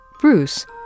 Bruce